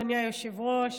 אדוני היושב-ראש,